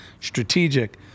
strategic